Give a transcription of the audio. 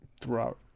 throughout